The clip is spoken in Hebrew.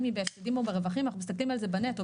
האם היא בהפסדים או ברווחים אנחנו מסתכלים על זה בנטו,